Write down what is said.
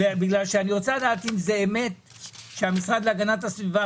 ואז שאלתי אם הוגשה בקשה לתוכנית לדאוג לילדים האלה,